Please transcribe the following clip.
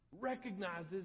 recognizes